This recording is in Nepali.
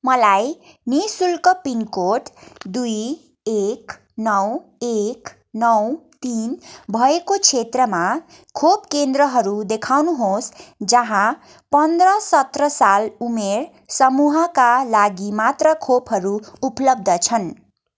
मलाई नि शुल्क पिनकोड दुई एक नौ एक नौ तिन भएको क्षेत्रमा खोप केन्द्रहरू देखाउनुहोस् जहाँ पन्ध्र सत्र साल उमेर समूहका लागि मात्र खोपहरू उपलब्ध छन्